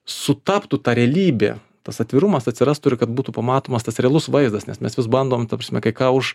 sutaptų ta realybė tas atvirumas atsirastų ir kad būtų pamatomas tas realus vaizdas nes mes vis bandom ta prasme kai ką už